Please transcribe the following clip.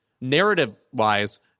narrative-wise